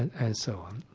and so on.